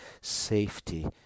safety